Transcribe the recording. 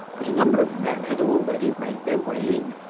but a number of men had already made their way in,